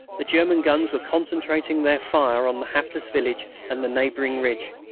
the german guns were concentrating their fire on the hapless village and the neighbouring ridge.